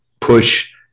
push